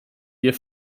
wir